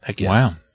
Wow